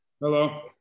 Hello